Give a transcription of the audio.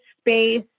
space